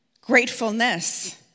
Gratefulness